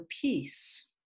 peace